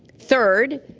third,